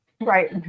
right